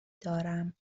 دارم